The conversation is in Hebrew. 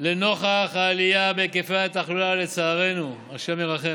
לנוכח העלייה בהיקפי התחלואה, לצערנו, השם ירחם,